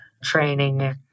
training